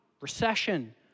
recession